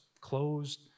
closed